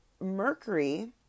Mercury